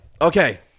Okay